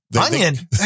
Onion